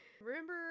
Remember